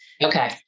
Okay